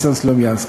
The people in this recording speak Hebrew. ניסן סלומינסקי.